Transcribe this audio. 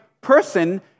person